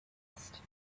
past